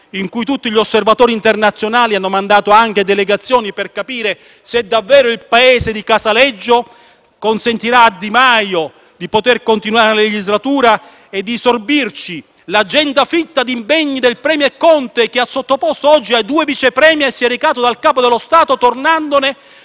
il quale tutti gli osservatori internazionali hanno mandato anche delegazioni per capire se davvero il Paese di Casaleggio consentirà a Di Maio di poter continuare la legislatura e a noi di sorbirci l'agenda fitta di impegni del *premier* Conte, sottoposta oggi ai due Vice *Premier* prima di recarsi dal Capo dello Stato (tornandosene